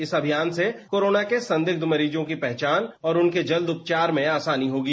इस अभियान से कोरोना के संदिग्ध मरीजों की पहचान और उनके जल्द उपचार में आसानी होगी